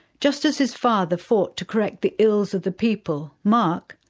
just as his father fought to correct the ills of the people, mark,